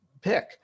pick